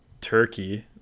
Turkey